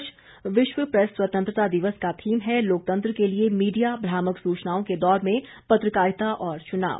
इस वर्ष विश्व प्रेस स्वतंत्रता दिवस का थीम है लोकतंत्र के लिए मीडिया भ्रामक सूचनाओं के दौर में पत्रकारिता और चुनाव